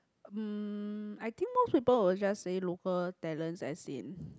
um I think most people will just say local talents as in